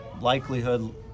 likelihood